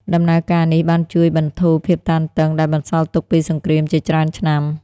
ដំណើរការនេះបានជួយបន្ធូរភាពតានតឹងដែលបន្សល់ទុកពីសង្គ្រាមជាច្រើនឆ្នាំ។